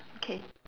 K